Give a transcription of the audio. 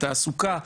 תעסוקה,